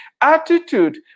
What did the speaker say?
attitude